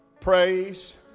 praise